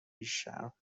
بیشرم